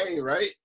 right